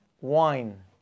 wine